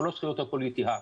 כל הזכויות הפוליטיות.